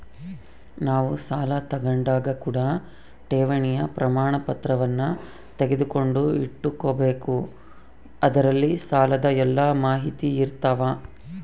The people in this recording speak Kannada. ನಾವು ಸಾಲ ತಾಂಡಾಗ ಕೂಡ ಠೇವಣಿಯ ಪ್ರಮಾಣಪತ್ರವನ್ನ ತೆಗೆದುಕೊಂಡು ಇಟ್ಟುಕೊಬೆಕು ಅದರಲ್ಲಿ ಸಾಲದ ಎಲ್ಲ ಮಾಹಿತಿಯಿರ್ತವ